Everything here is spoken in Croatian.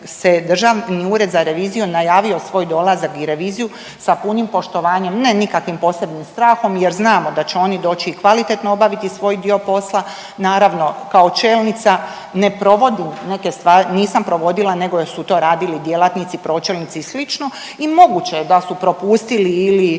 se Državni ured za reviziju najavio svoj dolazak i reviziju sa punim poštovanjem, ne nikakvim posebnim strahom jer znamo da će oni doći i kvalitetno obaviti svoj dio posla, naravno kao čelnica ne provodim neke stvari, nisam provodila nego su to radili djelatnici, pročelnici i sl. i moguće je da su propustili ili